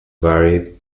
varied